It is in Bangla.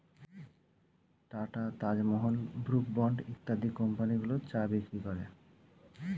টাটা, তাজমহল, ব্রুক বন্ড ইত্যাদি কোম্পানিগুলো চা বিক্রি করে